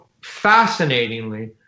fascinatingly